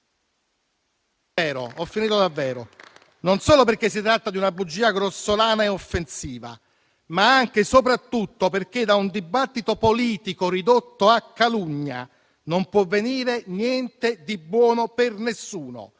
non solo perché si tratta di una bugia grossolana e offensiva, ma anche e soprattutto perché da un dibattito politico ridotto a calunnia non può venire niente di buono per nessuno